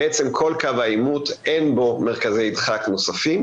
בעצם כל קו העימות, אין בו מרכזי דחק נוספים,